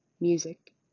music